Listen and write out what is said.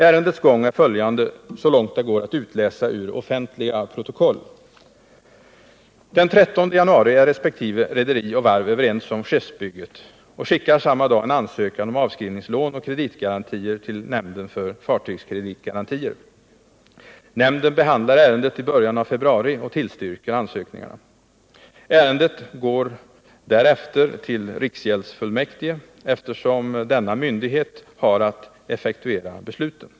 Ärendets gång är följande, så långt det går att utläsa ur offentliga protokoll: Den 13 januari är resp. rederi och varv överens om skeppsbygget och skickar samma dag en ansökan om avskrivningslån och kreditgarantier till nämnden för fartygskreditgarantier. Nämnden behandlar ärendet i början av februari och tillstyrker ansökningarna. Ärendet går därefter till riksgäldsfullmäktige, eftersom det är den myndighet som har att effektuera besluten.